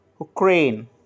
Ukraine